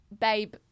Babe